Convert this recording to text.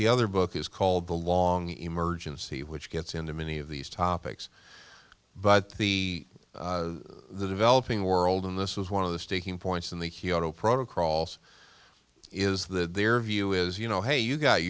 the other book is called the long emergency which gets into many of these topics but the the developing world and this was one of the sticking points in the hero proto crawls is that their view is you know hey you got